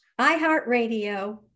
iHeartRadio